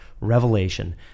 revelation